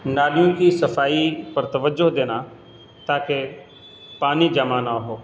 نالیوں کی صفائی پر توجہ دینا تاکہ پانی جمع نہ ہو